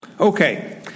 Okay